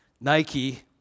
Nike